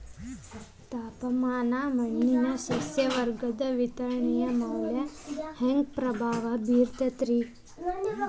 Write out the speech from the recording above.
ತಾಪಮಾನ ಮಣ್ಣಿನ ಸಸ್ಯವರ್ಗದ ವಿತರಣೆಯ ಮ್ಯಾಲ ಹ್ಯಾಂಗ ಪ್ರಭಾವ ಬೇರ್ತದ್ರಿ?